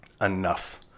enough